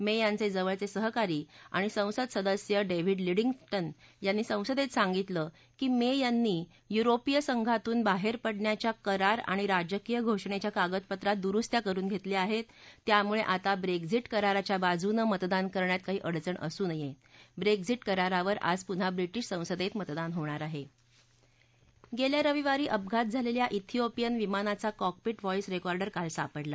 मञ्जांचज्ञवळचसहकारी आणि संसद सदस्य डक्रिड लिडिंगटन यांनी संसदक्षिसांगितलं की मध्रांनी यूरोपीय संघातून बाहर प्रांडण्याच्या करार आणि राजकीय घोषणच्या कागदपत्रात दुरुस्त्या करुन घसिया आहेत त्यामुळक्रिता ब्रश्विट कराराच्या बाजून मतदान करण्यात काही अडचण असू नया विश्विट करारावर आज पुन्हा ब्रिटिश संसद मतदान होणार आह गस्खा रविवारी अपघात झालखा थिओपियन विमानाचा कॉकपिट व्हॉ जि रक्तिर्डर काल सापडला